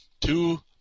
Two